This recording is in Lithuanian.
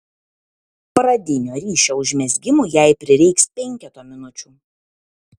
pradinio ryšio užmezgimui jai prireiks penketo minučių